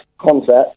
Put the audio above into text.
concept